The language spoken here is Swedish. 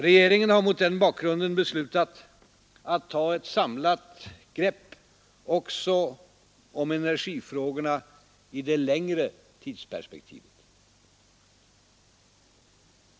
Regeringen har mot den bakgrunden beslutat att ta ett samlat grepp också på energifrågorna i det längre tidsperspektivet.